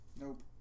Nope